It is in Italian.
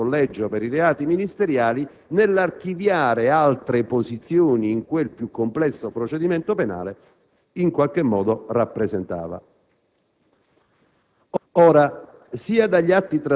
riproduce le affermazioni che lo stesso Collegio per i reati ministeriali, nell'archiviare altre posizioni in quel più complesso procedimento penale, in qualche modo rappresentava.